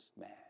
man